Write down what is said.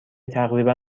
تقریبا